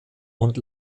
und